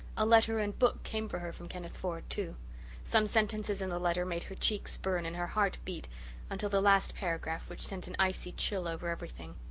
a letter and book came for her from kenneth ford, too some sentences in the letter made her cheeks burn and her heart beat until the last paragraph, which sent an icy chill over everything.